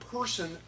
person